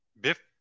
Biff